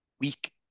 weak